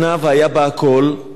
היה בה כל מה שאנחנו צריכים.